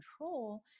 control